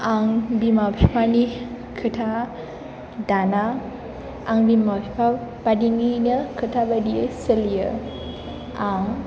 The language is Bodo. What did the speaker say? आं बिमा बिफानि खोथा दाना आं बिमा बिफा बादिनिनो खोथा बायदियै सोलियो आं